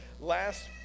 last